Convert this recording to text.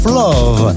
love